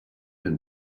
been